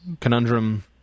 conundrum